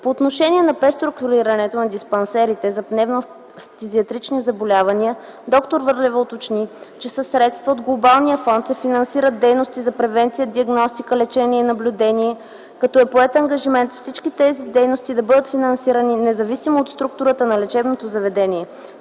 По отношение на преструктурирането на диспансерите за пневмо-фтизиатрични заболявания д-р Върлева уточни, че със средства от Глобалния фонд се финансират дейности за превенция, диагностика, лечение и наблюдение, като е поет ангажимент всички тези дейности да бъдат финансирани независимо от структурата на лечебното заведения.